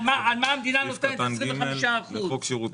צר לי שגם את השלוש הרשויות האלו לא הסכמת להחריג.